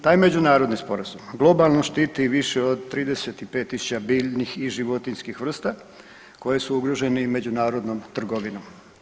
Taj međunarodni sporazum globalno štiti i više od 35000 biljnih i životinjskih vrsta koje su ugrožene i međunarodnom trgovinom.